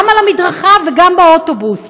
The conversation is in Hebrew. גם על המדרכה וגם באוטובוס.